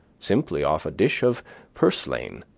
simply off a dish of purslane